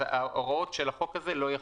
אז ההוראות של החוק הזה לא יחולו.